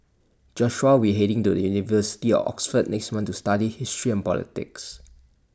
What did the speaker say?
Joshua will heading to the university of Oxford next month to study history and politics